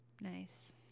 Nice